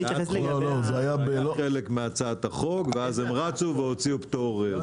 זה היה חלק מהצעת החוק ואז הם רצו והוציאו פטור.